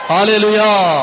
Hallelujah